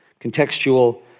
contextual